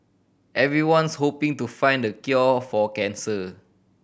everyone's hoping to find the cure for cancer